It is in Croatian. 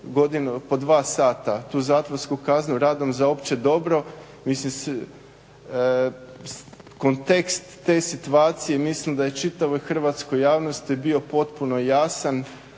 po dva sata tu zatvorsku kaznu radom za opće dobro. Mislim kontekst te situacije mislim da je čitavoj hrvatskoj javnosti bio potpuno jasan